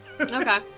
Okay